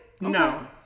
No